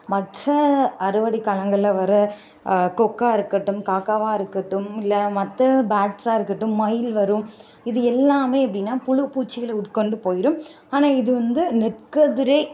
மற்ற அறுவடைக்காலங்களில் வர கொக்கா இருக்கட்டும் காக்காவாக இருக்கட்டும் இல்லை மற்ற ஃபேர்ட்ஸாக இருக்கட்டும் மயில் வரும் இது எல்லாமே எப்படின்னா புழு பூச்சிகளை உட்கொண்டு போயிரும் ஆனால் இது வந்து நெற்கதிரை